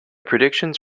predictions